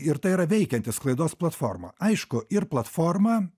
ir tai yra veikianti sklaidos platforma aišku ir platforma